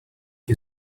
you